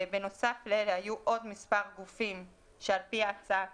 בנוסף לאלה היו עוד מספר גופים שעל פי ההצעה